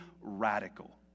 radical